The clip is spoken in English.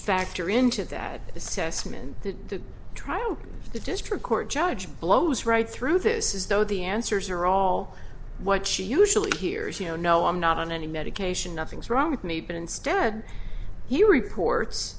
factor into that assessment the trial the district court judge blows right through this is though the answers are all what she usually hears you know no i'm not on any medication nothing's wrong with me but instead he reports